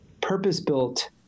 purpose-built